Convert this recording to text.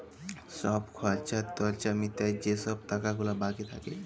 ছব খর্চা টর্চা মিটায় যে ছব টাকা গুলা বাকি থ্যাকে